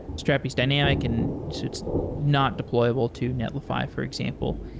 strapi is dynamic and so it's not deployable to netlify, for example.